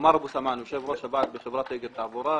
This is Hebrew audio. יושב-ראש הוועד בחברת אגד תעבורה,